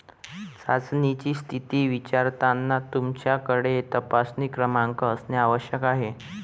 चाचणीची स्थिती विचारताना तुमच्याकडे तपासणी क्रमांक असणे आवश्यक आहे